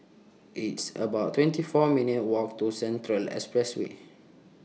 It's about twenty four minutes' Walk to Central Expressway